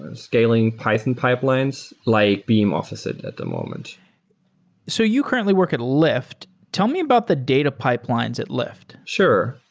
and scaling python pipelines like beam offers at the moment so you currently work at lyft. tell me about the data pipelines at lyft. sure.